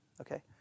Okay